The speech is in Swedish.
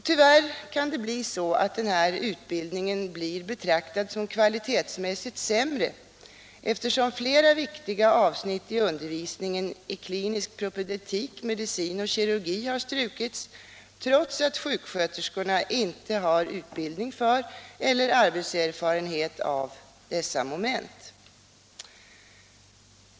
Tyvärr kan det bli så att den här utbildningen blir betraktad som kvalitetsmässigt sämre, eftersom flera viktiga avsnitt i undervisningen i klinisk propedeutik, medicin och kirurgi har strukits, trots att sjuksköterskorna inte har utbildning för eller arbetserfarenhet av dessa moment.